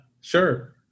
sure